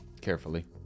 carefully